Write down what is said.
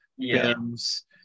films